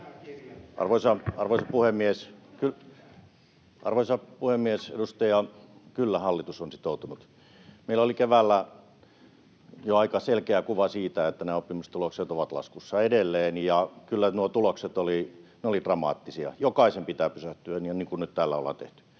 Arvoisa puhemies! Arvoisa edustaja, kyllä hallitus on sitoutunut. Meillä oli keväällä jo aika selkeä kuva siitä, että oppimistulokset ovat laskussa edelleen, ja kyllä nuo tulokset olivat dramaattisia. Jokaisen pitää pysähtyä niin kuin nyt täällä ollaan tehty,